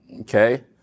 Okay